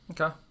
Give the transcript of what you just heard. Okay